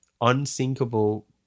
unsinkable